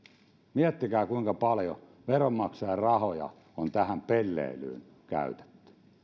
miettikää kuinka paljon veronmaksajien rahoja on tähän pelleilyyn käytetty